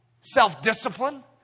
self-discipline